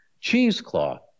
cheesecloth